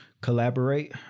collaborate